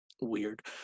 weird